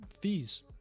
fees